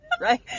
Right